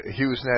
HughesNet